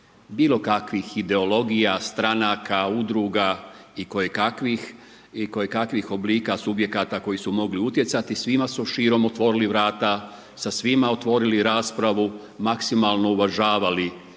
bilo kakvih ideologija, stranaka, udruga i koje kakvih oblika subjekata koji su mogli utjecati. Svima su širom otvorili vrata, sa svima otvorili raspravu, maksimalno uvažavali